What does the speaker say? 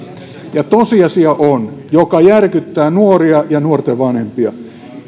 tosiasia joka järkyttää nuoria ja nuorten vanhempia on